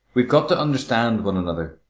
we've got to understand one another.